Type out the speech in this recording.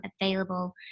available